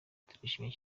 turishimye